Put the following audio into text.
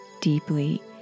deeply